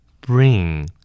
bring